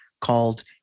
called